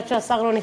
עד שהשר נכנס.